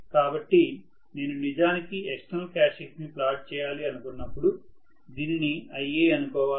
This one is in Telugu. కాబట్టి నేను నిజానికి ఎక్స్టర్నల్ క్యారెక్టర్స్టిక్స్ ని ప్లాట్ చేయాలి అనుకున్నపుడు దీనిని Ia అనుకోవాలి